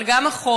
אבל גם אחורה,